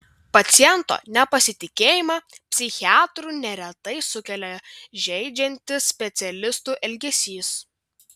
paciento nepasitikėjimą psichiatru neretai sukelia žeidžiantis specialistų elgesys